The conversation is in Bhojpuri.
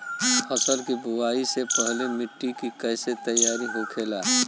फसल की बुवाई से पहले मिट्टी की कैसे तैयार होखेला?